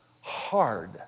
hard